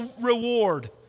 reward